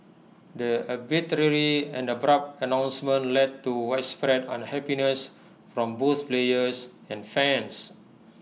the arbitrary and abrupt announcement led to widespread unhappiness from both players and fans